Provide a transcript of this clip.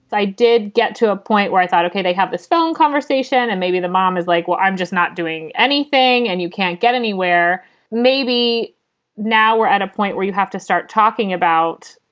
i did get to a point where i thought, ok, they have this phone conversation and maybe the mom is like, well, i'm just not doing anything and you can't get anywhere maybe now we're at a point where you have to start talking about,